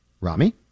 Rami